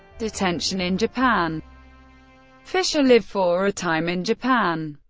detention in japan fischer lived for a time in japan.